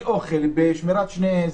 כשאתה נמצא במשחק כדורגל,